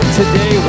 today